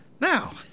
Now